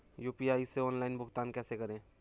UPI से online भुगतान कैसे करें?